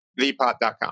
thepot.com